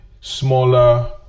smaller